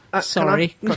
Sorry